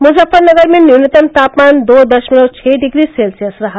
मुजफ्फरनगर में न्यूनतम तापमान दो दशमलव छह डिग्री सेल्सियस रहा